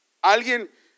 Alguien